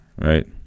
Right